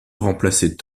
remplacer